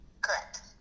Correct